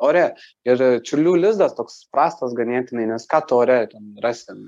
ore ir čiurlių lizdas toks prastas ganėtinai nes ką tu ore ten rasi ten